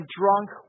drunk